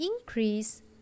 increase